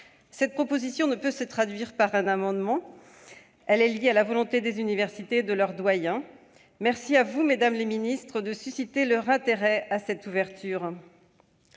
Cette proposition ne peut se traduire par un amendement ; son sort dépendra de la volonté des universités et de leurs doyens. Merci à vous, mesdames les ministres, de les intéresser à une telle ouverture